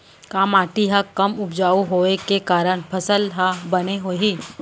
का माटी हा कम उपजाऊ होये के कारण फसल हा बने होही?